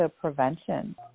prevention